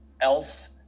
else